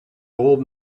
old